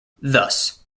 thus